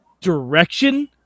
direction